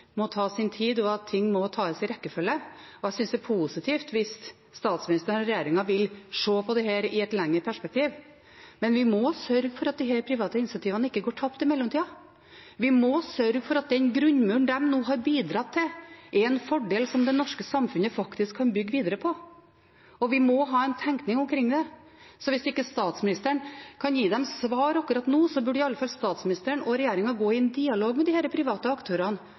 synes det er positivt hvis statsministeren og regjeringen vil se på dette i et lengre perspektiv. Men vi må sørge for at disse private initiativene ikke går tapt i mellomtida. Vi må sørge for at den grunnmuren de nå har bidratt til, er en fordel som det norske samfunnet faktisk kan bygge videre på. Og vi må ha en tenkning omkring det. Så hvis statsministeren ikke kan gi dem svar akkurat nå, bør i alle fall statsministeren og regjeringen gå i dialog med disse private aktørene